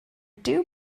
dyw